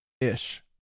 ish